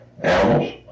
Animals